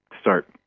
start